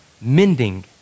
mending